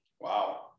Wow